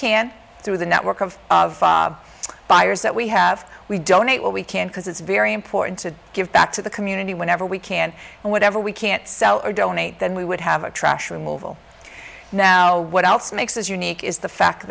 can through the network of buyers that we have we donate what we can because it's very important to give back to the community whenever we can and whatever we can't sell or donate then we would have a trash removal now what else makes this unique is the fact